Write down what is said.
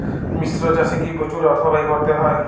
মিশ্র চাষে কি প্রচুর অর্থ ব্যয় করতে হয়?